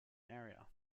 area